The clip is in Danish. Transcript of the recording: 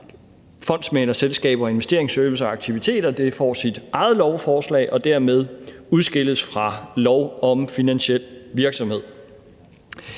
fondsmæglerselskaber og investeringsservice og -aktiviteter får sit eget lovforslag og dermed udskilles fra lov om finansiel virksomhed.